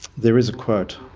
there is a quote,